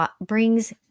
brings